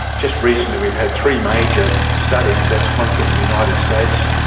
just recently we've had three major studies that's one from the united states,